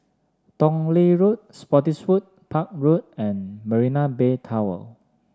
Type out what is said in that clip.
Tong Lee Road Spottiswoode Park Road and Marina Bay Tower